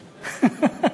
שעה.